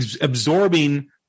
absorbing